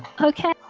okay